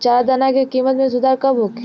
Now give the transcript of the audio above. चारा दाना के किमत में सुधार कब होखे?